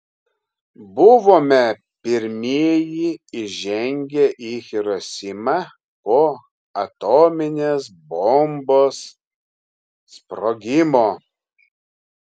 buvome pirmieji įžengę į hirosimą po atominės bombos sprogimo